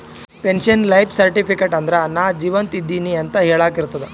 pension life certificate ಅಂದುರ್ ನಾ ಜೀವಂತ ಇದ್ದಿನ್ ಅಂತ ಹೆಳಾಕ್ ಇರ್ತುದ್